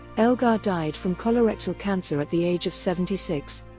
elgar died from colorectal cancer at the age of seventy six.